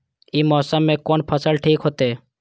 ई मौसम में कोन फसल ठीक होते?